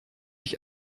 ich